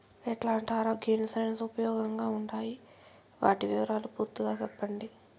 ఎట్లాంటి ఆరోగ్య ఇన్సూరెన్సు ఉపయోగం గా ఉండాయి వాటి వివరాలు పూర్తిగా సెప్పండి?